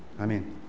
Amen